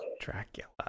Dracula